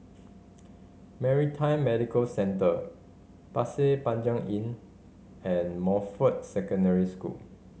Maritime Medical Centre Pasir Panjang Inn and Montfort Secondary School